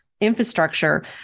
infrastructure